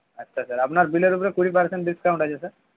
আচ্ছা স্যার আপনার বিলের ওপরে কুড়ি পারসেন্ট ডিস্কাউন্ট আছে স্যার